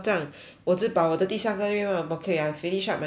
我的第三个愿望 okay I finish up my third wish